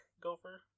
Gopher